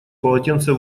полотенце